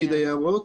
פקיד היערות,